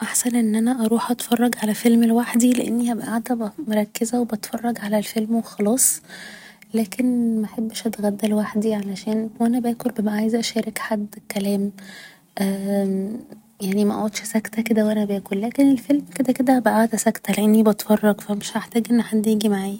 احسن ان أنا اروح أتفرج على فيلم لوحدي لأني هبقى قاعدة مركزة و بتفرج على الفيلم و خلاص لكن محبش أتغدى لوحدي علشان وانا باكل ببقى عايزة أشارك حد الكلام يعني مقعدش ساكتة كده وانا باكل لكن الفيلم كده كده هبقى قاعدة ساكتة لأني بتفرج ف مش هحتاج ان حد ييجي معايا